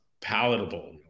palatable